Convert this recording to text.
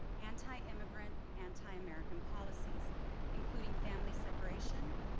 anti-immigrant, anti-american policies including family separation,